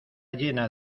llena